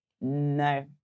No